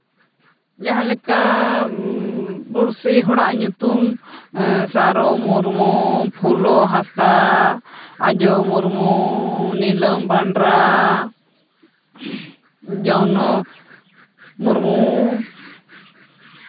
ᱡᱟᱦᱟᱸᱞᱮᱠᱟ ᱯᱩᱲᱥᱤ ᱦᱚᱲᱟᱜ ᱧᱩᱛᱩᱢ ᱥᱟᱨᱚ ᱢᱩᱨᱢᱩ ᱯᱷᱩᱞᱳ ᱦᱟᱸᱥᱫᱟ ᱟᱡᱚ ᱢᱩᱨᱢᱩ ᱱᱤᱞᱚᱢ ᱵᱟᱱᱰᱨᱟ ᱡᱟᱣᱱᱚ ᱢᱩᱨᱢᱩ